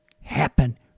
happen